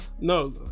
No